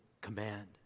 command